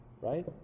right